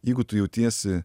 jeigu tu jautiesi